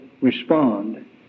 respond